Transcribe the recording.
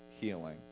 healing